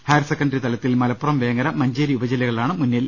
higher secondary തലത്തിൽ മലപ്പുറം വേങ്ങര മഞ്ചേരി ഉപജില്ലകളാണ് മുന്നിൽ